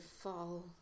fall